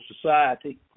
society